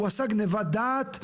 הוא עשה גניבת דעת,